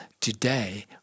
today